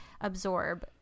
absorb